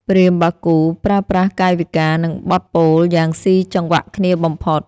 ព្រាហ្មណ៍បាគូប្រើប្រាស់កាយវិការ និងបទពោលយ៉ាងស៊ីចង្វាក់គ្នាបំផុត។